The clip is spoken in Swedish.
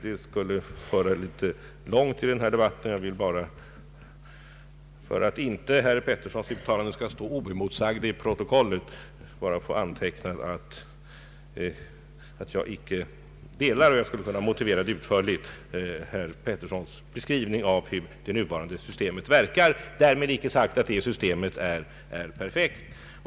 Det skulle föra en smula långt i denna debatt. Jag vill bara, för att herr Karl Petterssons uttalanden inte skall stå oemotsagda i protokollet, få antecknat att jag inte instämmer i — jag skulle kunna motivera det utförligt — herr Petterssons beskrivning av hur det nuvarande systemet verkar. Därmed icke sagt att detta system är perfekt.